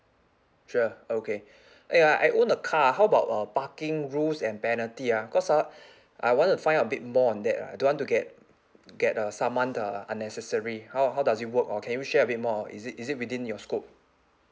sure okay ya I own a car how about uh parking rules and penalty ah cause ah I wan to find about a bit more on that uh I don't want to get get uh summoned uh unnecessary how how does it work or can you share a bit more is it is it within your scope